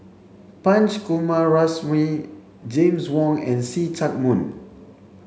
Punch Coomaraswamy James Wong and See Chak Mun